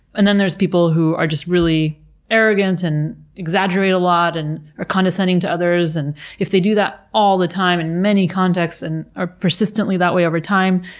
and then there's people who are just really arrogant, and exaggerate a lot, and are condescending to others. and if they do that all the time in many contexts and are persistently that way every time,